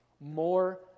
more